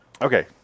okay